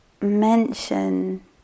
mention